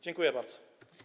Dziękuję bardzo.